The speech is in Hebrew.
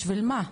בשביל מה?